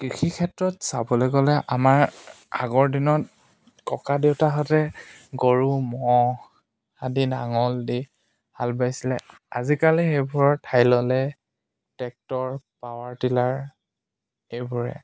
কৃষি ক্ষেত্ৰত চাবলে গ'লে আমাৰ আগৰ দিনত ককা দেউতাহঁতে গৰু ম'হ আদি নাঙল দি হাল বাইছিলে আজিকালি সেইবোৰৰ ঠাই ল'লে ট্ৰেক্টৰ পাৱাৰ টিলাৰ এইবোৰে